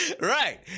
Right